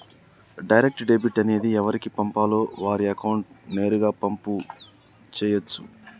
direct debit అనేది ఎవరికి పంపాలో వారి అకౌంట్ నేరుగా పంపు చేయచ్చు